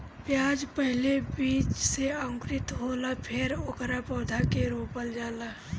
प्याज पहिले बीज से अंकुरित होला फेर ओकरा पौधा के रोपल जाला